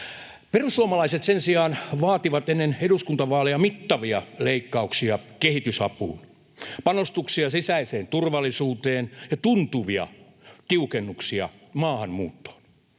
Perussuomalaiset sen sijaan vaativat ennen eduskuntavaaleja mittavia leikkauksia kehitysapuun, panostuksia sisäiseen turvallisuuteen ja tuntuvia tiukennuksia maahanmuuttoon.